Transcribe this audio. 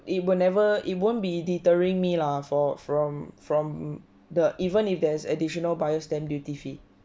it whenever it won't be deterring me lah for from from the even if there's additional buyer's stamp duty fee